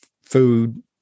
food